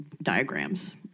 Diagrams